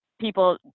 people